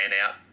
out